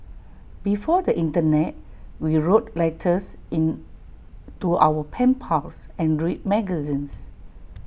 before the Internet we wrote letters in to our pen pals and read magazines